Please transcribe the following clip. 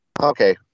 okay